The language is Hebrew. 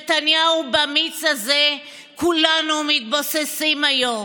נתניהו, במיץ הזה כולנו מתבוססים היום.